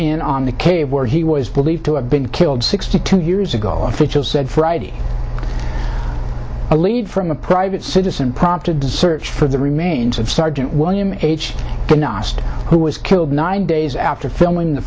in on the cave where he was believed to have been killed sixty two years ago officials said friday a lead from a private citizen prompted to search for the remains of sergeant william h nost who was killed nine days after filming the